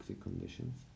conditions